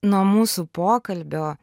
nuo mūsų pokalbio